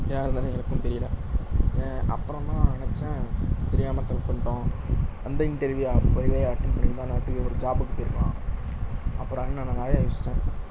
ஏன் இருந்தேனு எனக்கும் தெரியலை ஏன் அப்புறமா நெனைச்சன் தெரியாமல் தப்பு பண்ணிவிட்டோம் வந்த இன்டர்வியூ அப்போவே அட்டன் பண்ணியிருந்தா இந்நேரத்துக்கு ஒரு ஜாபுக்கு போயிருக்கலாம் அப்றம் இன்னும் நான் நிறைய யோசித்தேன்